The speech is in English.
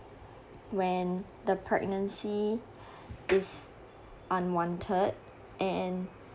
when the pregnancy is unwanted and